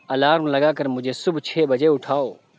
alarm لگا کر مجھے صبح چھ بجے اٹھاؤ